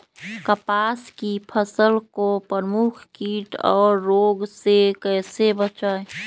कपास की फसल को प्रमुख कीट और रोग से कैसे बचाएं?